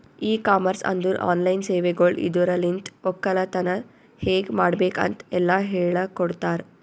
E commerce ಅಂದುರ್ online ಸೇವೆಗೊಳ್ ಇದುರಲಿಂತ್ ಒಕ್ಕಲತನ ಹೇಗ್ ಮಾಡ್ಬೇಕ್ ಅಂತ್ ಎಲ್ಲಾ ಹೇಳಕೊಡ್ತಾರ್